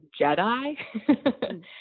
JEDI